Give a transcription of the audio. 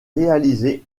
réalisées